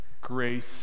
grace